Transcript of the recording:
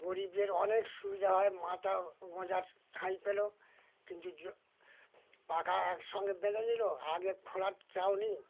গরিবদের অনেক সুবিধা হয় মাথা গোঁজার ঠাঁই পেলো কিন্তু পাকা একসঙ্গে বেঁধে নিলো আগে খোলার ছাউনি